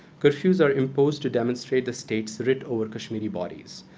curfews are imposed to demonstrate the state's writ over kashmiri bodies,